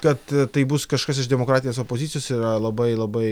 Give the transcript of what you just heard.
kad tai bus kažkas iš demokratinės opozicijos yra labai labai